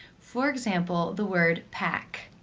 for example, the word pack.